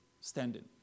standing